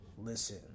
Listen